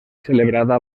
celebrada